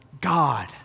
God